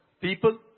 people